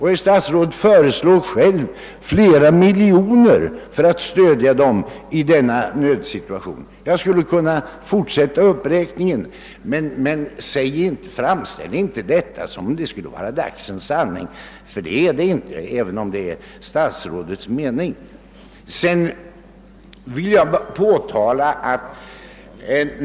Herr statsrådet föreslår själv flera miljoner till stöd för varvet i denna nödsituation. Jag skulle kunna fortsätta uppräkningen. Men, herr statsråd, framställ inte Ert påstående som om det skulle vara dagsens sanning!